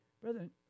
Brethren